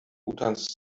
utans